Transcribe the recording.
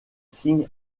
signent